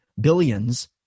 billions